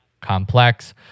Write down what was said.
complex